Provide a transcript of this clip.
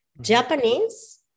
japanese